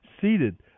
seated